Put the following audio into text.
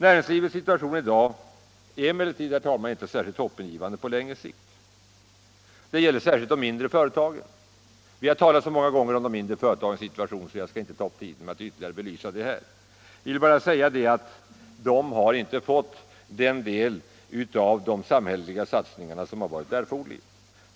Näringslivets situation i dag är emellertid, herr talman, inte särskilt hoppingivande på längre sikt. Det gäller särskilt de mindre företagen. Vi har talat så många gånger om de mindre företagens situation, så jag skall inte ta upp tiden med att ytterligare belysa den här. Jag vill bara säga att de inte har fått den del av de samhälleliga satsningarna som har varit erforderlig.